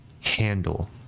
handle